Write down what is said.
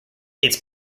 its